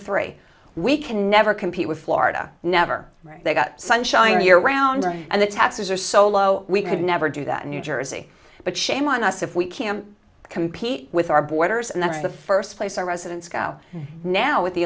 three we can never compete with florida never they got sunshine year round and the taxes are so low we could never do that in new jersey but shame on us if we can't compete with our borders and that's the first place our residents go now with the